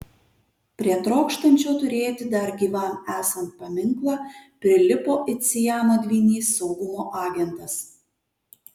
prie trokštančio turėti dar gyvam esant paminklą prilipo it siamo dvynys saugumo agentas